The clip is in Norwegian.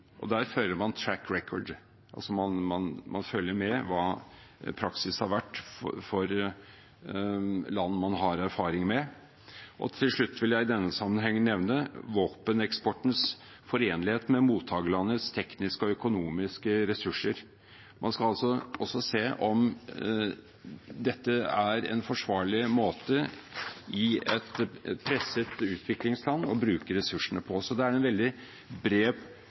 Der fører man «track record», man følger altså med på hva praksis har vært for land man har erfaring med. Til slutt vil jeg i denne sammenheng nevne våpeneksportens forenlighet med mottakerlandets tekniske og økonomiske ressurser. Man skal altså også se om dette er en forsvarlig måte å bruke ressursene på i et presset utviklingsland. Så det er et veldig bredt vurderingskriterium. Det er